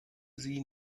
sie